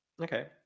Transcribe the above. Okay